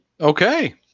Okay